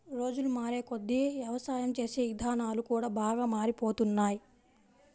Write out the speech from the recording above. రోజులు మారేకొద్దీ యవసాయం చేసే ఇదానాలు కూడా బాగా మారిపోతున్నాయ్